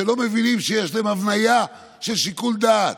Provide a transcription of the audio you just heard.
שלא מבינים שיש להם הבניה של שיקול דעת.